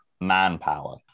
manpower